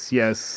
yes